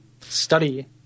study